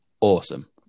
awesome